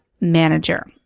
manager